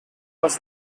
was